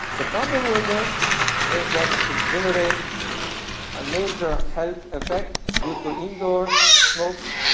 the problem with this is that it generates a major health effect due to indoor smoke,